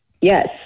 Yes